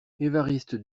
évariste